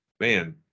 man